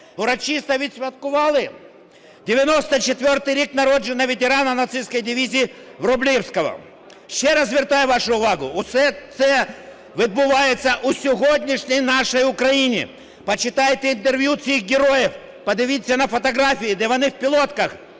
Урочисто відсвяткували 94 рік народження ветерана нацистської дивізії Врублівського. Ще раз звертаю вашу увагу, все це відбувається в сьогоднішній нашій Україні. Почитайте інтерв'ю цих героїв, подивіться на фотографії, де вони в пілотках